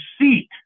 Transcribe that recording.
seat